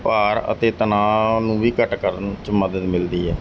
ਭਾਰ ਅਤੇ ਤਣਾਅ ਨੂੰ ਵੀ ਘੱਟ ਕਰਨ 'ਚ ਮਦਦ ਮਿਲਦੀ ਹੈ